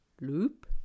loop